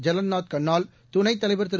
ஜலன்நாத் கன்னால் துணைத் தலைவர் திரு